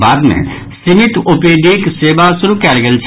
बाद मे सीमित ओपीडीक सेवा शुरू कयल गेल छल